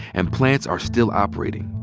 and plants are still operating.